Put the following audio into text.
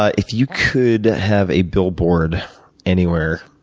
ah if you could have a billboard anywhere,